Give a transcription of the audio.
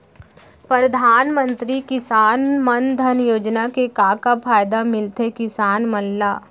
परधानमंतरी किसान मन धन योजना के का का फायदा मिलथे किसान मन ला?